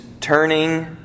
turning